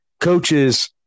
coaches